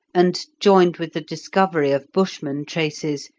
and, joined with the discovery of bushman traces,